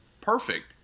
Perfect